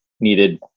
needed